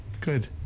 good